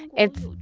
it's.